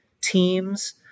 teams